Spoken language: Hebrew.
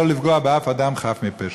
שלא לפגוע באף אדם חף מפשע.